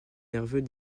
nerveux